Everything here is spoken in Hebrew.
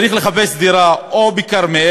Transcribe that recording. צריך לחפש דירה בכרמיאל,